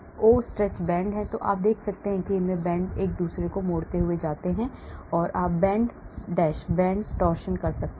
stretch bend तो आप देखते हैं कि इसमें बेंड एक दूसरे को मोड़ते हुए आते हैं आप बेंड बेंड टॉर्सियन कर सकते हैं